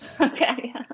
Okay